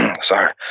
sorry